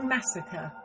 Massacre